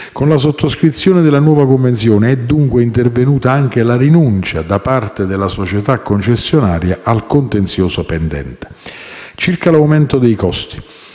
Con la sottoscrizione della nuova convenzione è, quindi, intervenuta anche la rinuncia da parte della società concessionaria al contenzioso pendente. Circa l'aumento dei costi,